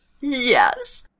Yes